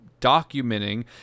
documenting